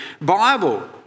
Bible